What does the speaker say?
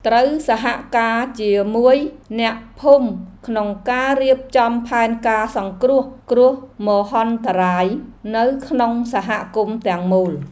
ត្រូវសហការជាមួយអ្នកភូមិក្នុងការរៀបចំផែនការសង្គ្រោះគ្រោះមហន្តរាយនៅក្នុងសហគមន៍ទាំងមូល។